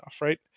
right